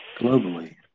globally